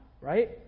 right